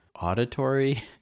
auditory